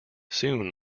soon